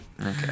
Okay